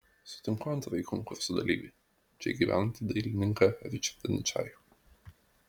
sutinku antrąjį konkurso dalyvį čia gyvenantį dailininką ričardą ničajų